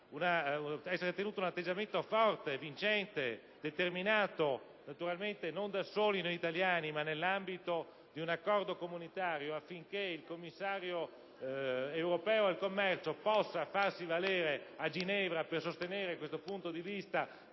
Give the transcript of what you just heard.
a tenere un atteggiamento forte, vincente e determinato - naturalmente non solo come Italia, ma nell'ambito di un concerto comunitario - per far sì che il Commissario europeo al commercio possa farsi valere a Ginevra per sostenere questo punto di vista,